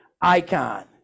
Icon